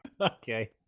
Okay